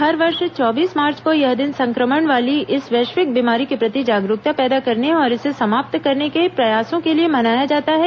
हर वर्ष चौबीस मार्च को यह दिन संक्रमण वाली इस वैश्विक बीमारी के प्रति जागरूकता पैदा करने और इसे समाप्त करने के प्रयासों के लिए मनाया जाता है